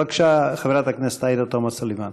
בבקשה, חברת הכנסת עאידה תומא סלימאן.